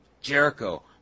Jericho